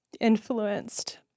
influenced